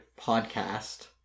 podcast